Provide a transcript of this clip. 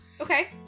okay